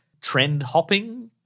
trend-hopping